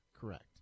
Correct